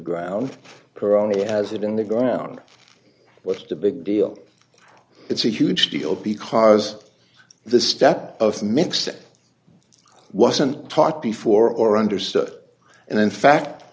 ground or only as it in the ground with the big deal it's a huge deal because the step of mixing wasn't taught before or understood and in fact